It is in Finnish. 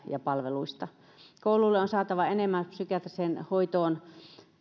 ja palveluista kouluille on saatava enemmän psykiatriseen hoitoon